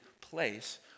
place